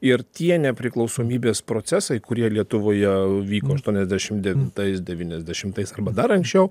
ir tie nepriklausomybės procesai kurie lietuvoje vyko aštuoniasdešimt devintais devyniasdešimtais arba dar anksčiau